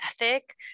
ethic